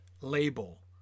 label